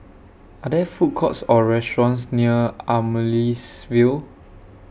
Are There Food Courts Or restaurants near Amaryllis Ville